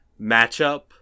matchup